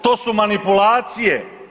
To su manipulacije.